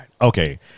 Okay